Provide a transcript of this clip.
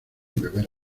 beber